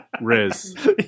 Riz